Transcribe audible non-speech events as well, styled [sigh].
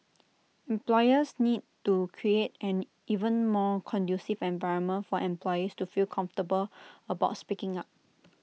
[noise] employers need to create an even more conducive environment for employees to feel comfortable about speaking up